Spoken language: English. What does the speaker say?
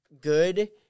good